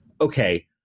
Okay